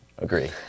Agree